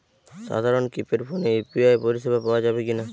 সাধারণ কিপেড ফোনে ইউ.পি.আই পরিসেবা পাওয়া যাবে কিনা?